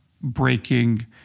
breaking